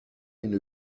une